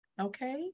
okay